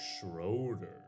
Schroeder